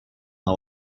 the